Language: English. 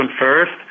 first